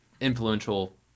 influential